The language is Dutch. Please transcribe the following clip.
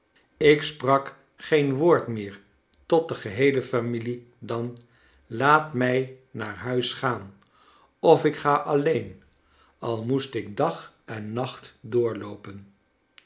ik sprak geen woord meer tot de geheele familie dan laat mij naar huis gaan of ik ga alleen al moest ik dag en nacht door